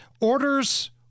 orders